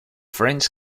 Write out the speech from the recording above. french